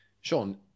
Sean